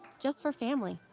just for family.